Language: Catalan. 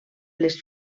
les